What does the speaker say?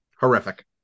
horrific